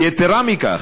יתרה מכך,